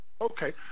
Okay